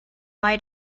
why